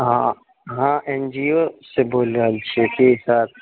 हँ अहाँ N G O सँ बोलि रहल छियै कि सर